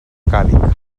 càlig